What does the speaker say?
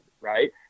Right